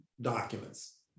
documents